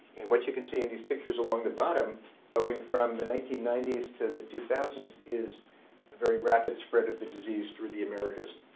and what you can see in these pictures along the bottom going from the nineteen ninety s to the two thousand s is a very rapid spread of the disease through the americas.